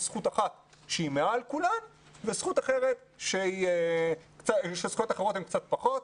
זכות אחת שהיא מעל כולם ושזכויות אחרות הן קצת פחות.